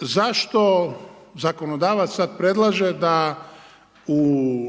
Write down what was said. zašto zakonodavac sad predlaže da u